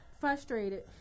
Frustrated